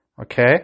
Okay